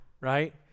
right